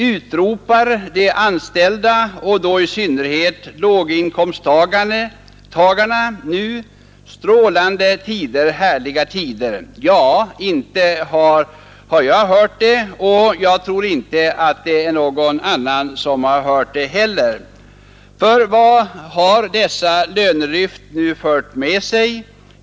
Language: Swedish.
Utropar de anställda och i synnerhet låginkomsttagarna nu: ”Strålande tider, härliga tider”? Ja, inte har jag hört det, och jag tror inte heller att någon annan har gjort det. Vad har nämligen dessa lönelyft nu fört med sig?